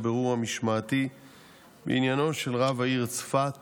הבירור המשמעתי בעניינו של רב העיר צפת